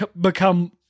become